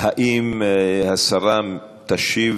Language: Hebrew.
האם השרה תשיב?